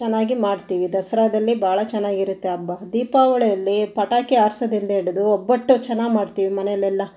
ಚೆನ್ನಾಗಿ ಮಾಡ್ತೀವಿ ದಸರಾದಲ್ಲಿ ಭಾಳ ಚೆನ್ನಾಗಿರುತ್ತೆ ಹಬ್ಬ ದೀಪಾವಳಿಲ್ಲಿ ಪಟಾಕಿ ಹಾರ್ಸೋದ್ರಿಂದ ಹಿಡಿದು ಒಬ್ಬಟ್ಟು ಚೆನ್ನಾಗಿ ಮಾಡ್ತೀವಿ ಮನೇಲೆಲ್ಲ